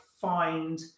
find